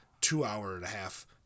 two-hour-and-a-half